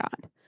God